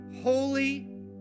holy